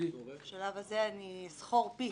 בשלב הזה אסכור פי.